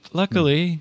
luckily